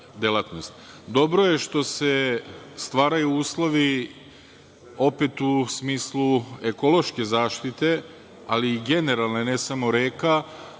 Dobro je što se stvaraju uslovi u smislu ekološke zaštite, ali i generalne, ne samo reka,